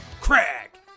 crack